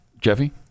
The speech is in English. Jeffy